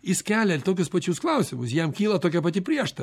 jis kelia tokius pačius klausimus jam kyla tokia pati prieštara